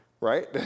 right